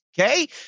Okay